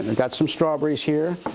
and got some strawberries here.